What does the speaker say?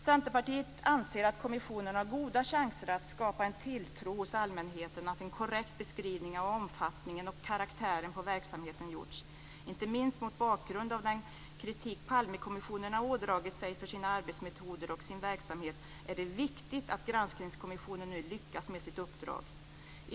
Centerpartiet anser att kommissionen har goda chanser att skapa en tilltro hos allmänheten att en korrekt beskrivning av omfattningen av och karaktären på verksamheten gjorts. Inte minst mot bakgrund av den kritik som Palmekommissionerna har ådragit sig för sina arbetsmetoder och sin verksamhet är det viktigt att Granskningskommissionen nu lyckas med sitt uppdrag.